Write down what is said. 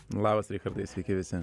labas richardai sveiki visi